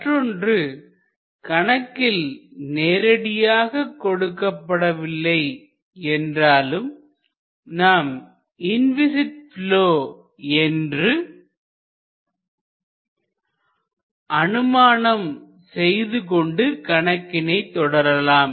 மற்றொன்று கணக்கில் நேரடியாக கொடுக்கப் படவில்லை என்றாலும் நாம் இன்விஸிட் ப்லொ என்று அனுமானம் செய்துகொண்டு கணக்கினை தொடரலாம்